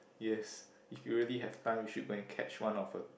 yes if you really have time you should really go and catch one of her